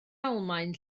almaen